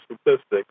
statistics